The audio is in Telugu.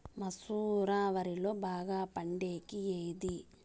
మసూర వరిలో బాగా పండేకి ఏది?